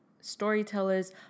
storytellers